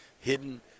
hidden